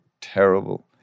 terrible